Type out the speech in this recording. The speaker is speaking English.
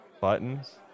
Buttons